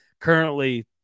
currently